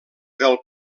del